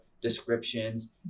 descriptions